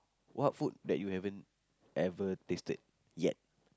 what food that you haven't ever tasted yet